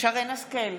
שרן מרים השכל,